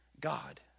God